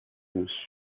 whose